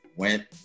went